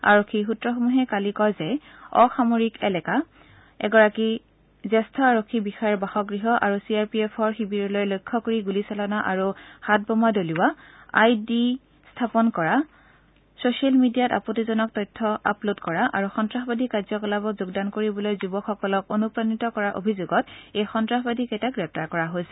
আৰক্ষীৰ সূত্ৰসমূহে কালি কয় যে অসামৰিক এলেকা এগৰাকী জ্যেষ্ঠ আৰক্ষী বিষয়াৰ বাসগৃহ আৰু চি আৰ পি এফৰ শিবিৰলৈ লক্ষ্য কৰি গুলীচালনা আৰু হাতবোমা দলিওৱা আই ই ডি স্থাপন কৰা ছচিয়েল মিডিয়াত আপত্তিজনক তথ্য উপস্থাপন কৰা আৰু সন্তাসবাদী কাৰ্যকলাপত যোগদান কৰিবলৈ যুৱকসকলক অনুপ্ৰাণিত কৰা অভিযোগত এই সন্ত্ৰাসবাদীকেইজনক গ্ৰেপ্তাৰ কৰা হৈছে